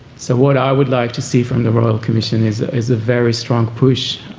so what i would like to see from the royal commission is a is a very strong push